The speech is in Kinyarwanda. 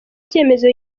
cyemezo